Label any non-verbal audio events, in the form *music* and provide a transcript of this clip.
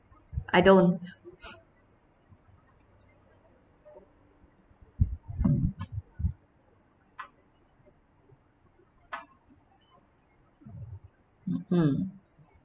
I don't *breath* hmm